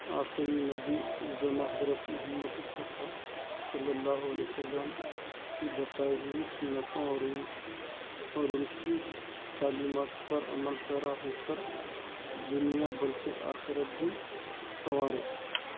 آخری نبی الزّماں حضرت محمد مصطفیٰ صلی اللہ علیہ وسلم کی بتائی ہوئی سُنتوں اور اُن اور اُن کی تعلیمات پر عمل پیرا ہو کر دُنیا بلکہ آخرت بھی سنوارے